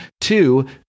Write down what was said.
two